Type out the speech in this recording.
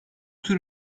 tür